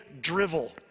drivel